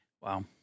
Wow